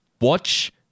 watch